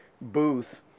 booth